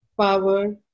power